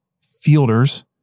fielders